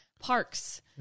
parks